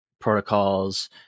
protocols